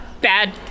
bad